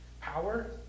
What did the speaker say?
power